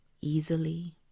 easily